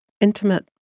intimate